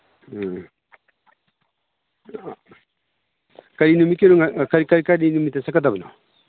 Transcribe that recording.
ꯑ ꯀꯩ ꯅꯨꯃꯤꯠꯀꯤꯅꯣ ꯀꯩ ꯅꯨꯃꯤꯠꯇ ꯆꯠꯀꯗꯕꯅꯣ